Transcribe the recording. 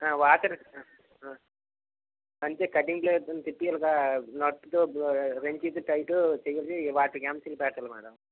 water అంతే cutting blade నట్తో వాటికి M seal పెట్టాలి మేడం